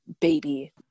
baby